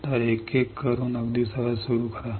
तर एक एक करून अगदी सहज सुरू करा